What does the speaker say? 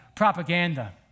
Propaganda